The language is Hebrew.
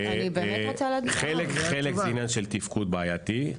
בחלק זה עניין של תפקוד בעייתי,